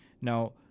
Now